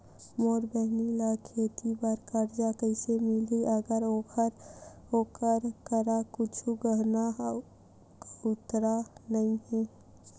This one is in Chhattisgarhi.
मोर बहिनी ला खेती बार कर्जा कइसे मिलहि, अगर ओकर करा कुछु गहना गउतरा नइ हे?